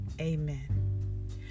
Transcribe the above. amen